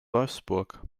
wolfsburg